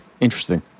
Interesting